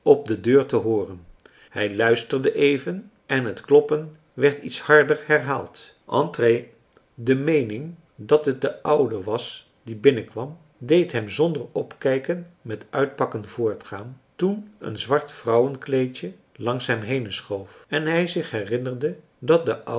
op de deur te hooren hij luisterde even en het kloppen werd iets harder herhaald entrez marcellus emants een drietal novellen de meening dat het de oude was die binnenkwam deed hem zonder opkijken met uitpakken voortgaan toen een zwart vrouwenkleedje langs hem henen schoof en hij zich herinnerde dat de